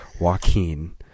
Joaquin